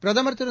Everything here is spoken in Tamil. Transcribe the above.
பிரதமா் திரு